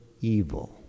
evil